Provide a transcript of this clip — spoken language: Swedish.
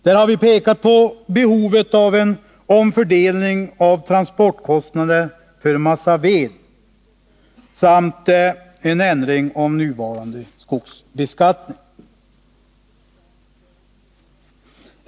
Där har vi pekat på behovet av en omfördelning av transportkostnader för massaved, samt en ändring av nuvarande skogsbeskattning.